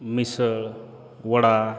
मिसळ vada